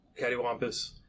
cattywampus